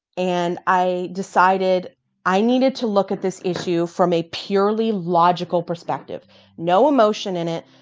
and i decided i needed to look at this issue from a purely logical perspective no emotion in it,